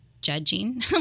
judging